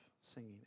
singing